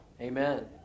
Amen